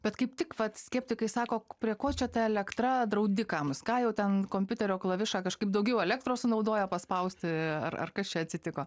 bet kaip tik vat skeptikai sako prie ko čia ta elektra draudikams ką jau ten kompiuterio klavišą kažkaip daugiau elektros sunaudoja paspausti ar ar kas čia atsitiko